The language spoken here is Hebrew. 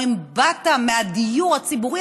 או אם באת מהדיור הציבורי,